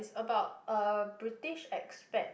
about a British expat